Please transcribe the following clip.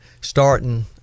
starting